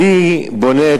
אני בונה את